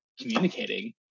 communicating